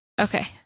Okay